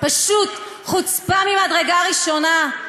פשוט חוצפה ממדרגה ראשונה.